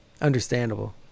Understandable